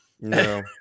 No